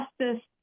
justice